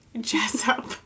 Jessup